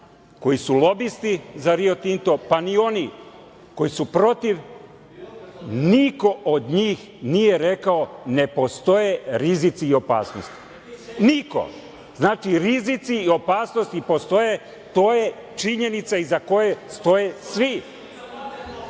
koji su lobisti za Rio Tinto, pa ni oni koji su protiv, niko od njih nije rekao ne postoje rizici i opasnosti. Niko, znači, rizici i opasnosti postoje, to je činjenica iza koje stoje svi. Ono